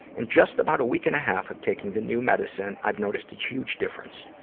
in just about a week and a half of taking the new medicine, i've noticed a huge difference.